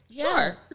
Sure